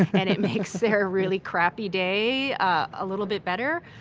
and it makes their really crappy day a little bit better.